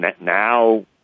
now